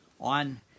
On